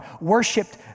worshipped